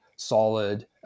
Solid